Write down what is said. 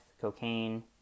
cocaine